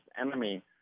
enemy